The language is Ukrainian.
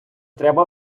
треба